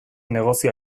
negozio